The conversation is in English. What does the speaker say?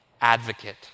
advocate